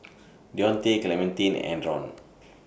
Dionte Clementine and Adron